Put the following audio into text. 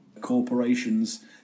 corporations